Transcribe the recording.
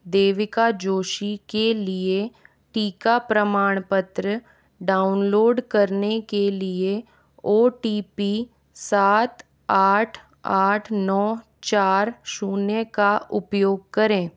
देविका जोशी के लिए टीका प्रमाणपत्र डाउनलोड करने के लिए ओ टी पी सात आठ आठ नौ चार शून्य का उपयोग करें